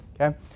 okay